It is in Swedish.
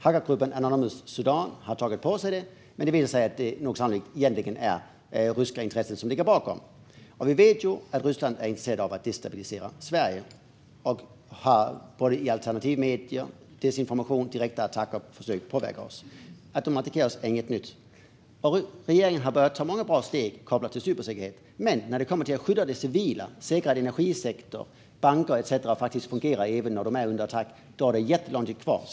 Hackergruppen Anonymous Sudan har tagit på sig ansvaret, men det är sannolikt ryska intressen som egentligen ligger bakom. Vi vet ju att Ryssland är intresserat av att destabilisera Sverige och att de både genom alternativmedier och direkta attacker har försökt att påverka oss. Att de attackerar oss är inget nytt. Regeringen har börjat ta många bra steg när det gäller cybersäkerhet, men när det handlar om att skydda det civila - att se till att energisektorn, banker etcetera faktiskt fungerar även när de är under attack - är det jättelångt kvar.